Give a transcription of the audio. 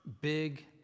big